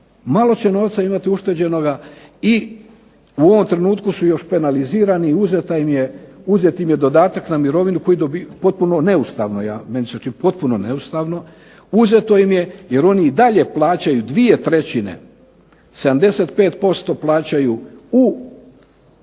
malo će novca imati ušteđenoga i u ovome trenutku su još penalizirani, uzet im je dodatak na mirovinu potpuno neustavno, uzeto im je jer oni i dalje plaćaju dvije trećine, 75% plaćaju u prvi